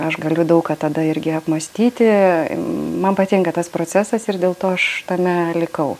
aš galiu daug ką tada irgi apmąstyti man patinka tas procesas ir dėl to aš tame likau